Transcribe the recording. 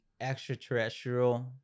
extraterrestrial